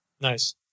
Nice